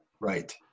Right